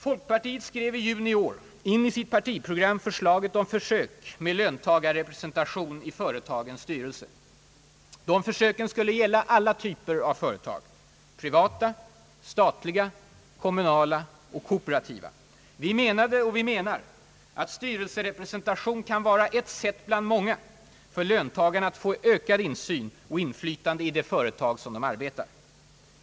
Folkpartiet skrev i juni i år in i sitt partiprogram förslaget om försök med löntagarrepresentation i företagens styrelser. De försöken skulle gälla alla typer av företag: privata, statliga, kommunala och kooperativa. Vi menade, och menar, att styrelserepresentation kan vara ett sätt bland flera för löntagarna att få ökad insyn och ökat inflytande i det företag där de arbetar.